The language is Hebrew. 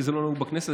זה לא נהוג בכנסת,